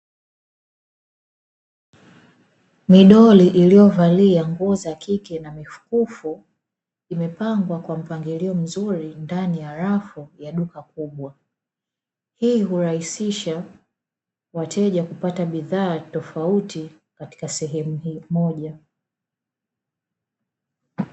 Midoli iliyovalia nguo za kike na mikufu imepangwa kwa mpangilio mzuri ndani ya rafu ya duka kubwa, hii hurahisisha wateja kupata bidhaa tofauti katika sehemu moja.